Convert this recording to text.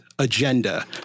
Agenda